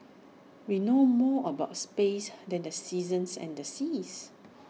we know more about space than the seasons and the seas